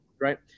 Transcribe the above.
Right